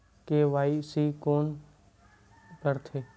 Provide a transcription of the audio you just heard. KYC कोन करथे?